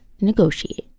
negotiate